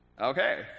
Okay